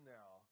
now